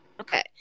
Okay